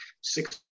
six